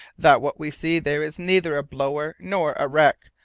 that what we see there is neither a blower nor a wreck,